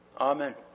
Amen